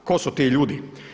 Tko su ti ljudi?